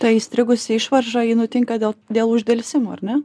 ta įstrigusi išvarža ji nutinka dėl dėl uždelsimo ar ne